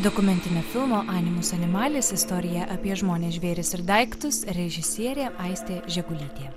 dokumentinio filmo animus animalis istorija apie žmones žvėris ir daiktus režisierė aistė žegulytė